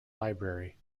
library